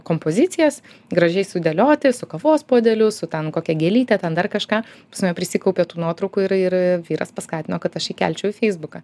kompozicijas gražiai sudėlioti su kavos puodeliu su ten kokia gėlyte ten dar kažką pas mane prisikaupė tų nuotraukų ir ir vyras paskatino kad aš įkelčiau į feisbuką